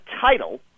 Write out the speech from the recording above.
title